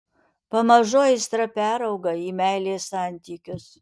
pamažu aistra perauga į meilės santykius